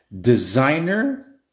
designer